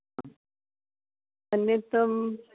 आम् अन्यत्